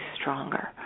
stronger